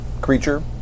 creature